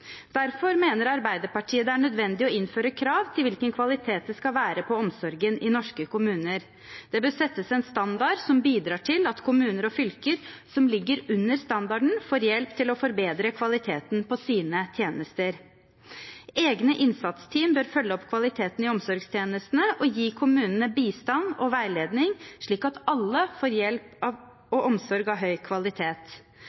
Derfor mener Arbeiderpartiet det er nødvendig å innføre krav til hvilken kvalitet det skal være på omsorgen i norske kommuner. Det bør settes en standard som bidrar til at kommuner og fylker som ligger under standarden, får hjelp til å forbedre kvaliteten på sine tjenester. Egne innsatsteam bør følge opp kvaliteten på omsorgstjenestene og gi kommunene bistand og veiledning, slik at alle får hjelp og omsorg av